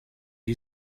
you